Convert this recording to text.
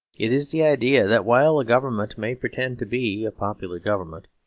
it is the idea that while a government may pretend to be a popular government,